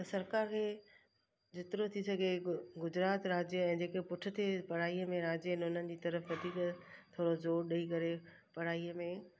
त सरकार खे जेतिरो थी सघे गु गुजरात राज्य ऐं जेके पुठिते पढ़ाईअ में राज्य आहिनि उन्हनि जी तरफ़ वधीक थोरो ज़ोर ॾई करे पढ़ाईअ में